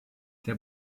der